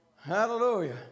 Hallelujah